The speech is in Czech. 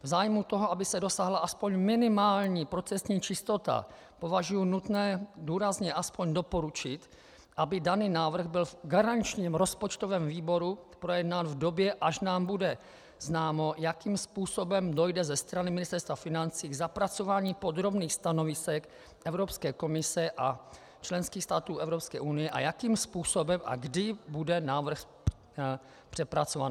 V zájmu toho, aby se dosáhla aspoň minimální procesní čistota, považuji za nutné důrazně alespoň doporučit, aby daný návrh byl v garančním rozpočtovém výboru projednán v době, až nám bude známo, jakým způsobem dojde ze strany Ministerstva financí k zapracování podrobných stanovisek Evropské komise a členských států Evropské unie a jakým způsobem a kdy bude návrh přepracován.